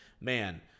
man